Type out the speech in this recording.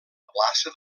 plaça